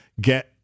get